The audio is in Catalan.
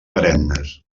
perennes